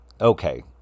Okay